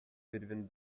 between